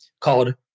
called